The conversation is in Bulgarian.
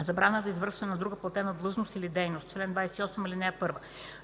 „Забрана за извършване на друга платена длъжност или дейност Чл. 28.